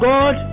God